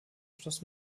schloss